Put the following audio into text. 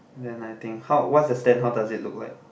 then I think how what's the stand how does it look like